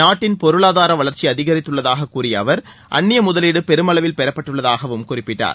நாட்டின் பொருளாதார வளர்ச்சி அதிகரித்துள்ளதாகக் கூறிய அவர் அந்நிய முதலீடு பெருமளவில் பெறப்பட்டுள்ளதாகவும் அவர் குறிப்பிட்டார்